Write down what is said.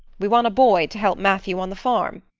we want a boy to help matthew on the farm.